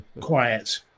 quiet